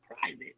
private